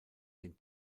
den